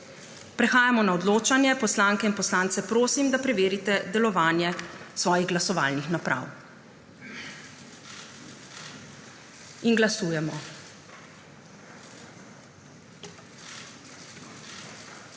Prehajamo na odločanje. Poslanke in poslance prosim, da preverijo delovanje svojih glasovalnih naprav. Glasujemo.